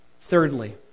Thirdly